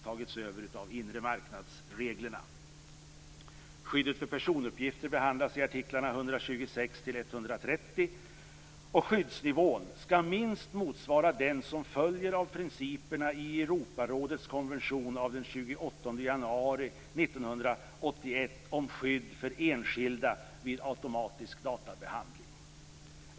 De inre marknadsreglerna har tagit över dem. 126-130. Skyddsnivån skall minst motsvara den som följer av principerna i Europarådets konvention av den 28 januari 1981 om skydd för enskilda vid automatisk databehandling.